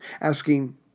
asking